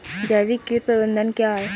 जैविक कीट प्रबंधन क्या है?